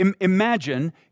Imagine